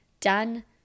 done